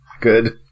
Good